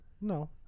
No